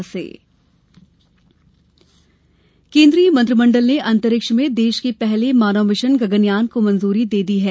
Gaganyaan mission केंद्रीय मंत्रिमंडल ने अंतरिक्ष में देश के पहले मानव मिशन गगनयान को मंजूरी दे दी है